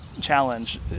challenge